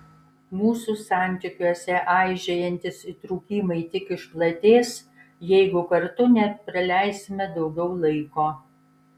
mūsų santykiuose aižėjantys įtrūkimai tik išplatės jeigu kartu nepraleisime daugiau laiko